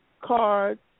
cards